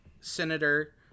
Senator